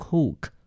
Coke